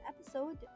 episode